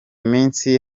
minsi